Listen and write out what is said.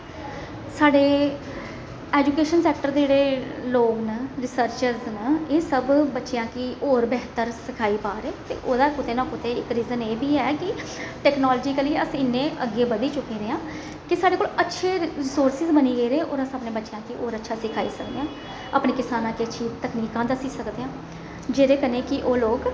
साढ़े education sector दे जेह्ड़े लोग न रिसर्चस न एह् सब बच्चेआं गी होर बेहतर सिखाई पा'रदे ओहदा कुतै ना कुतै इक रीजन एह् बी ऐ कि टैक्नोलाजीकली अस इन्ने अग्गें बधी चुके दे आं कि साढ़े कोल अच्छे रिसोर्सिस बनी गेदे होर अस अपने बच्चेआं गी होर अच्छा सिखाई सकने आं अपने किसाना गी अच्छी तकनीकां दस्सी सकदे आं जेहदे कन्नै कि ओह् लोक